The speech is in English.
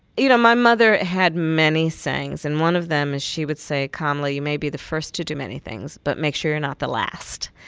you know, my mother had many sayings, and one of them is she would say, kamala, you may be the first to do many things, but make sure you're not the last.